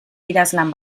idazlan